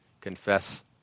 confess